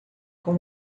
com